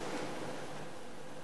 נתקבלו.